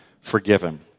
forgiven